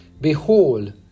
Behold